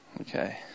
Okay